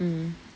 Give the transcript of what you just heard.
mm